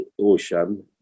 Ocean